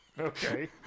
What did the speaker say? Okay